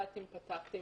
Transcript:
איך הוא יודע אם פתחתי?